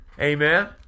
Amen